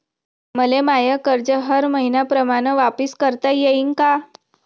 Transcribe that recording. मले माय कर्ज हर मईन्याप्रमाणं वापिस करता येईन का?